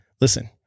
listen